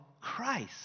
Christ